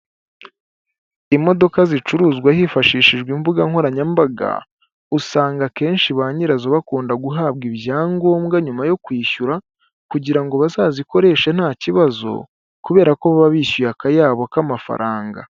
Imodoka zicuruzwa hifashishijwe imbuga nkoranyambaga, usanga akenshi ba nyirazo bakunda guhabwa ibyangombwa nyuma yo kwishyura kugira ngo bazazikoreshe nta kibazo kubera ko baba bishyuye akayabo k'amafaranga.